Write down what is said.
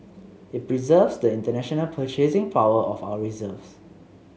it preserves the international purchasing power of our reserves